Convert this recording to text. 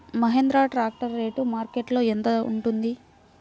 Mahindra tractor rate మార్కెట్లో యెంత ఉంటుంది?